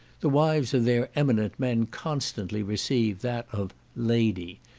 the wives of their eminent men constantly receive that of lady.